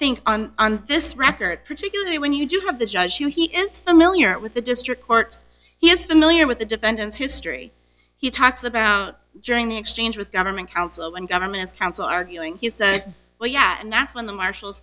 think on this record particularly when you do have the judge who he is familiar with the district courts he is familiar with the defendant's history he talks about during the exchange with government counsel and government counsel arguing he says well yeah and that's when the marshals